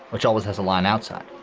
which always has a line outside.